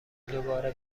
دوباره